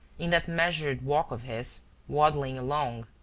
in that measured walk of his, waddling along.